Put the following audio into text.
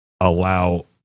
allow